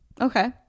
Okay